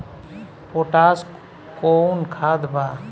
Potash कोउन खाद बा?